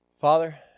Father